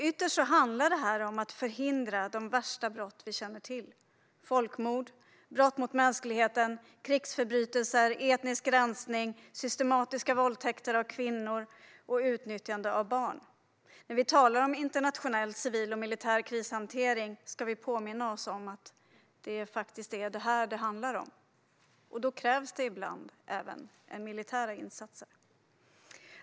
Ytterst handlar det om att förhindra de värsta brott vi känner till: folkmord, brott mot mänskligheten, krigsförbrytelser, etnisk rensning, systematiska våldtäkter av kvinnor och utnyttjande av barn. När vi talar om "internationell civil och militär krishantering" ska vi påminna oss om att det är detta det handlar om, och det kräver ibland även militära insatser.